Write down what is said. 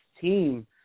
team